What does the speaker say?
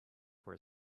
for